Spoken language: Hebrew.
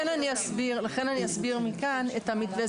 אני אסביר מכאן את המתווה.